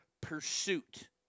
pursuit